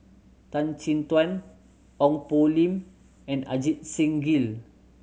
Tan Chin Tuan Ong Poh Lim and Ajit Singh Gill